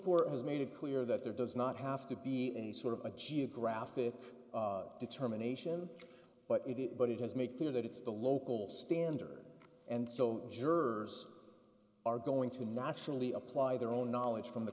court has made it clear that there does not have to be any sort of a geographic determination but it but it has made clear that it's the local standard and so jers are going to naturally apply their own knowledge from